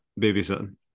babysitting